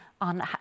on